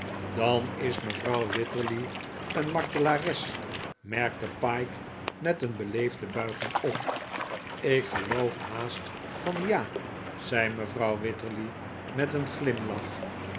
dan is mevrouw wititterly een martelares merkte pyke met een beleefde buiging op ik geloof haast van ja zei mevrouw wititterly met een glimlach